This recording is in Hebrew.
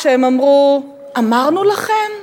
כשהם אמרו: אמרנו לכם?